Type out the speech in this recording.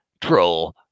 Troll